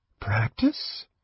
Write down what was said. Practice